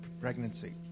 pregnancy